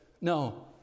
No